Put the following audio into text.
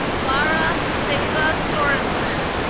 clara stava sorensen,